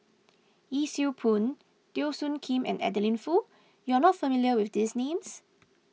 Yee Siew Pun Teo Soon Kim and Adeline Foo you are not familiar with these names